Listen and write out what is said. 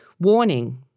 warning